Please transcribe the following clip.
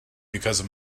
because